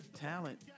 talent